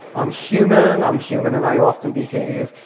i'm human, i'm human and i often behave.